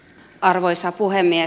arvoisa puhemies